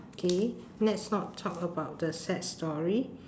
okay let's not talk about the sad story